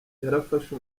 yarafashe